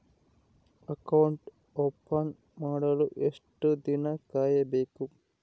Account open ಮಾಡಲು ಎಷ್ಟು ದಿನ ಕಾಯಬೇಕು?